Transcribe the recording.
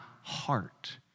heart